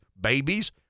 babies